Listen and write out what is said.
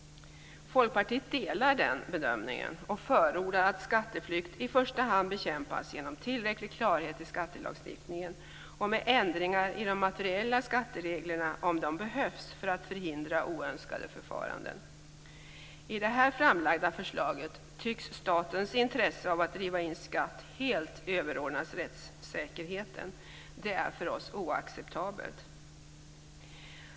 Folkpartiet delar den bedömningen och förordar att skatteflykt i första hand bekämpas genom tillräcklig klarhet i skattelagstiftningen och med ändringar i de materiella skattereglerna om det behövs för att förhindra oönskade förfaranden. I det här framlagda förslaget tycks statens intresse av att driva in skatt helt överordnas rättssäkerheten. Det är för oss oacceptabelt.